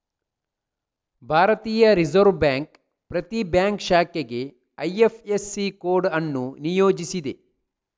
ಭಾರತೀಯ reserve bank ಪ್ರತಿ bank ಶಾಖೆಗೆ ಐ.ಎಫ್.ಎಸ್.ಸಿ ಕೋಡ್ ಅನ್ನು ನಿಯೋಜಿಸಿದೆ